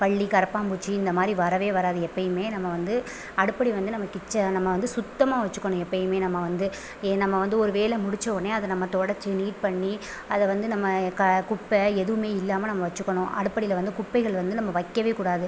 பல்லி கரப்பான் பூச்சி இந்தமாதிரி வரவே வராது எப்பவுமே நம்ப வந்து அடுப்படி வந்து நம்ம கிட்சன் நம்ம வந்து சுத்தமாக வச்சுகணும் எப்பவுமே நம்ம வந்து ஏன் நம்ம வந்து ஒரு வேலை முடிச்சோனே அதை நம்ம துடச்சி நீட் பண்ணி அதை வந்து நம்ம குப்பை எதுவுமே இல்லாமல் நம்ம வச்சுருக்கணும் அடுப்படியில் வந்து குப்பைகள் வந்து நம்ப வைக்கவே கூடாது